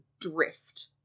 drift